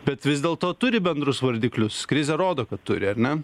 bet vis dėlto turi bendrus vardiklius krizė rodo kad turi ar ne